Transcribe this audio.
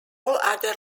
other